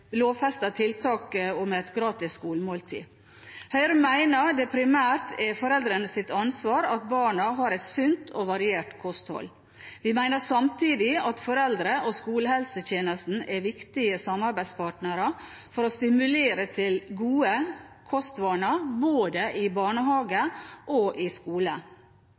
et gratis skolemåltid. Høyre mener det primært er foreldrenes ansvar at barna har et sunt og variert kosthold. Vi mener samtidig at foreldre og skolehelsetjenesten er viktige samarbeidspartnere for å stimulere til gode kostvaner både i barnehage og i skole.